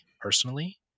personally